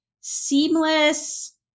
seamless